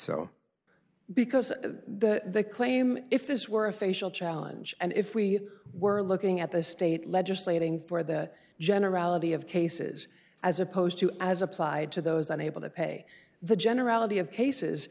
so because they claim if this were a facial challenge and if we were looking at the state legislating for the generality of cases as opposed to as applied to those unable to pay the generality of cases